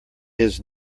his